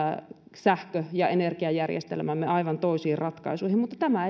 sähkö ja energiajärjestelmämme aivan toisiin ratkaisuihin mutta tämä